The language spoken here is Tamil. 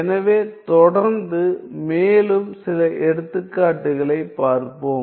எனவே தொடர்ந்து மேலும் சில எடுத்துக்காட்டுகளைப் பார்ப்போம்